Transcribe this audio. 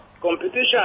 competition